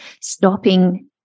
stopping